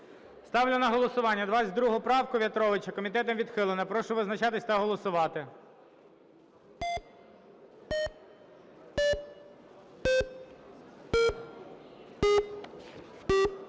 Ставлю на голосування 22 правку В'ятровича. Комітетом відхилена. Прошу визначатись та голосувати.